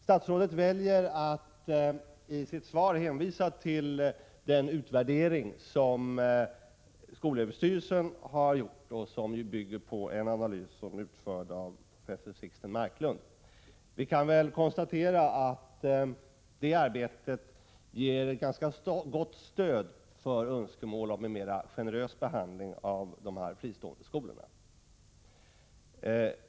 Statsrådet väljer att i sitt svar hänvisa till den utvärdering som skolöverstyrelsen har gjort, vilken bygger på en analys utförd av professor Sixten Marklund. Vi kan konstatera att det arbetet ger ganska gott stöd för önskemål om en mer generös behandling av de fristående skolorna.